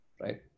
right